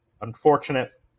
unfortunate